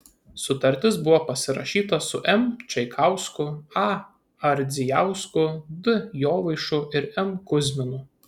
sutartis buvo pasirašyta su m čaikausku a ardzijausku d jovaišu ir m kuzminu